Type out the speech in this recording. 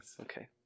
Okay